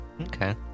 Okay